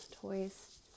toys